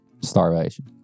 Starvation